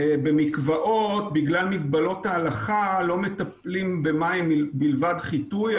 במקוואות בגלל מגבלות ההלכה לא מטפלים במים לבד מחיטוי,